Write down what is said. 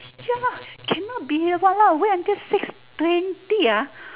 ya lor cannot be !walao! wait until six twenty ah